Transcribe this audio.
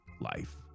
life